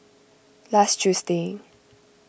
last Tuesday